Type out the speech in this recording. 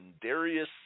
Darius